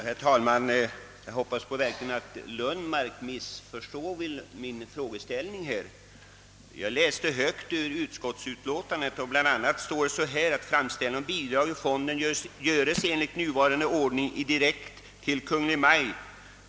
Herr talman! Jag hoppas att herr Lundmark inte missförstått mig. Jag läste högt ur utskottets utlåtande där det bl.a. står så här: »Framställning om bidrag ur fonden görs enligt nuvarande ordning direkt till Kungl. Maj:t.